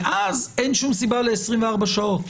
ואז אין סיבה ל-24 שעות.